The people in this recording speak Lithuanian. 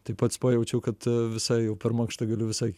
tai pats pajaučiau kad visai jau per mankštą galiu visai